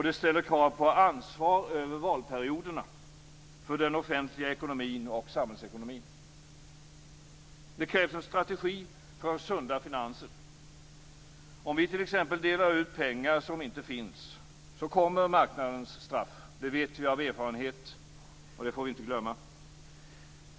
Det ställer krav på ansvar över valperioderna för den offentliga ekonomin och samhällsekonomin. Det krävs en strategi för sunda finanser. Om vi delar ut pengar som inte finns, kommer marknadens straff. Det vet vi av erfarenhet. Det får vi inte glömma.